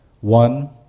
One